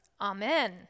Amen